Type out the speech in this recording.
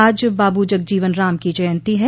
आज बाबू जगजीवन राम की जयंती है